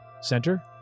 center